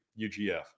UGF